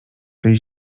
tej